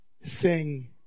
sing